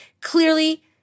clearly